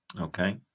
Okay